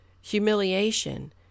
humiliation